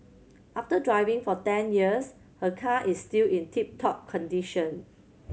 after driving for ten years her car is still in tip top condition